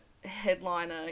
headliner